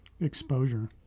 Exposure